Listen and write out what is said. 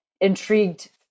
intrigued